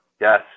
yes